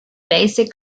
basic